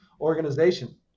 organization